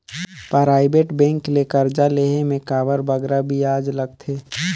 private bank ले करजा लेहे में काबर बगरा बियाज लगथे